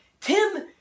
Tim